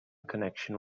connection